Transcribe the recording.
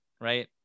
right